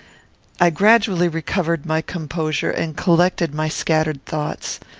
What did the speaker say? i gradually recovered my composure, and collected my scattered thoughts.